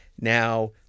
now